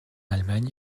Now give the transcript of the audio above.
allemagne